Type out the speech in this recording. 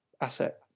asset